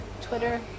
Twitter